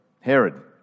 herod